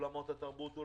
אולמות תרבות,